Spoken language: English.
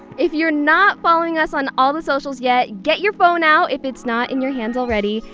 if you're not following us on all the socials yet, get your phone out if it's not in your hands already,